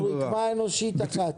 אנחנו רקמה אנושית אחת.